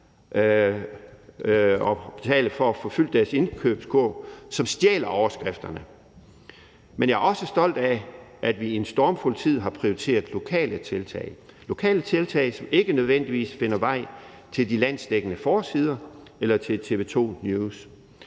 og betale for at få fyldt deres indkøbskurv, som stjæler overskrifterne. Men jeg er også stolt af, at vi i en stormfuld tid har prioriteret lokale tiltag – lokale tiltag, som ikke nødvendigvis finder vej til de landsdækkende avisers forsider eller til TV 2 News,